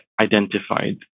identified